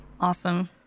Awesome